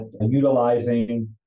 utilizing